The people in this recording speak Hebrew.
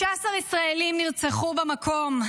15 ישראלים נרצחו במקום,